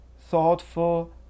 thoughtful